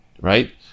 Right